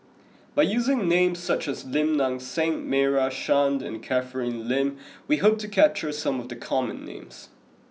by using names such as Lim Nang Seng Meira Chand and Catherine Lim we hope to capture some of the common names